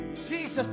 Jesus